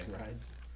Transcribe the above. rides